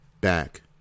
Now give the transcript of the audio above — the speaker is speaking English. back